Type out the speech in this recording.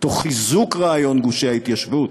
תוך חיזוק רעיון גושי ההתיישבות,